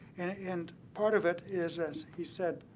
and part of it is, as he said,